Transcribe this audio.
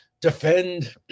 defend